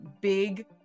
big